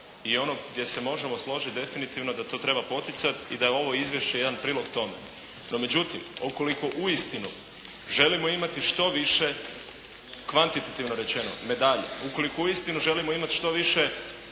i onog gdje se možemo složiti definitivno da to treba poticati i da je ovo izvješće jedan prilog tome. No, međutim, ukoliko uistinu želimo imati što više kvantitativno rečeno medalja, ukoliko uistinu želimo imati što više